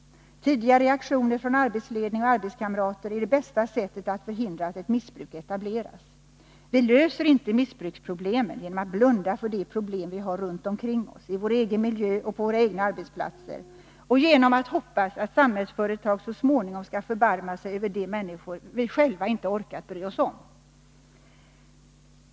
Tidiga reaktioner från arbetsledning och arbetskamrater är det bästa sättet att förhindra att ett missbruk etableras. Vi löser inte missbruksproblemen genom att blunda för de problem vi har runt omkring oss, i vår egen miljö och på våra egna arbetsplatser, eller genom att hoppas att Samhällsföretag så småningom skall förbarma sig över de människor vi själva inte orkat bry oss om.